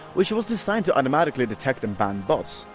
which was designed to automatically detect and ban bots.